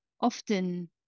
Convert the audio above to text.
often